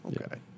okay